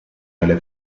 nelle